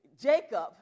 Jacob